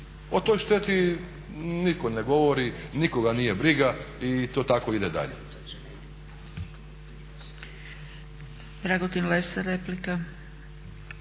O toj šteti nitko ne govori, nikoga nije briga i to tako ide dalje.